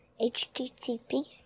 HTTP